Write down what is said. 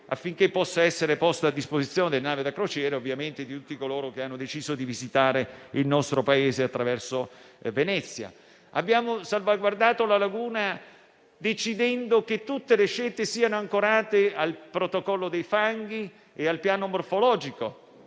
affinché possa essere posto a disposizione delle navi da crociera e ovviamente di tutti coloro che hanno deciso di visitare il nostro Paese attraverso Venezia. Abbiamo salvaguardato la laguna, decidendo che tutte le scelte siano ancorate al protocollo dei fanghi e al piano morfologico.